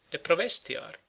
the protovestiare,